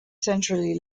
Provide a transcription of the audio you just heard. centrally